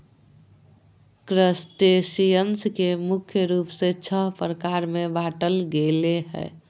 crustaceans के मुख्य रूप से छः प्रकार में बांटल गेले हें